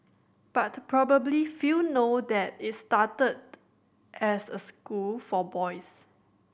but probably few know that it started as a school for boys